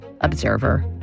observer